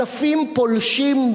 אלפים פולשים,